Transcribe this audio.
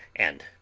and